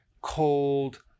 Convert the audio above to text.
cold